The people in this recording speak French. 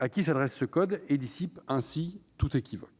à qui s'adresse ce code, et dissipe ainsi toute équivoque.